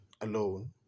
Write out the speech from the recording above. alone